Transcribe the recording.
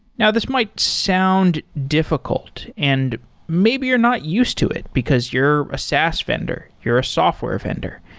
now, this might sound difficult and maybe you're not used to it because you're a saas vendor. you're a software vendor,